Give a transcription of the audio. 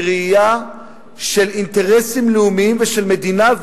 בראייה של אינטרסים לאומיים ושל מדינה,